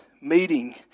meeting